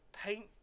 paint